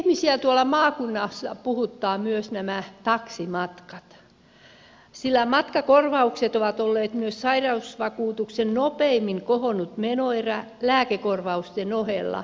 ihmisiä tuolla maakunnassa puhuttavat myös nämä taksimatkat sillä matkakorvaukset ovat myös olleet sairausvakuutuksen nopeimmin kohonnut menoerä lääkekorvausten ohella